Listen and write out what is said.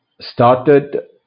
started